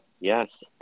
Yes